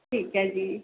ਠੀਕ ਹੈ ਜੀ